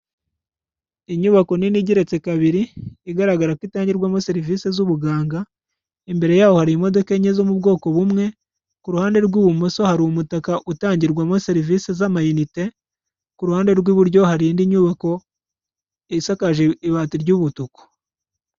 Inyubako nini igereretse kabiri igaragara ko itangirwamo serivisi zubuganga, imbere yaho hari imodoka enye zo mu bwoko bumwe, ku ruhande rw'ibumoso hari umutaka utangirwamo serivisi z'amayinite, ku ruhande rw'iburyo hari indi nyubako isakaje ibati ry'umutuku.